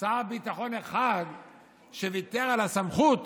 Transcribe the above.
שר ביטחון אחד שוויתר על הסמכות